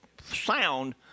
sound